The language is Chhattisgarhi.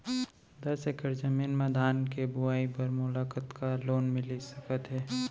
दस एकड़ जमीन मा धान के बुआई बर मोला कतका लोन मिलिस सकत हे?